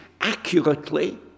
accurately